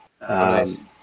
Nice